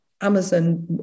amazon